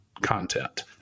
content